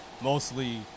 mostly